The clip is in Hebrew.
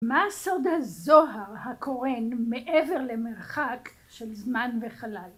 מה שרדה זוהר הקורן מעבר למרחק של זמן וחלל?